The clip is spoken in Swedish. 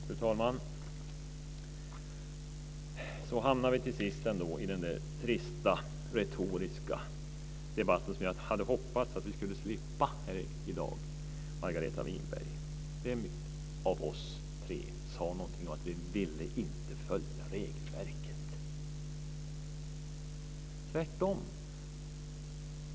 Fru talman! Så hamnar vi till sist ändå i den trista retoriska debatt som jag hade hoppats att vi skulle slippa i dag, Margareta Winberg. Vem av oss tre sade någonting om att vi inte ville följa regelverket? Tvärtom.